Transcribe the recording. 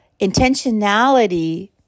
Intentionality